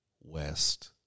West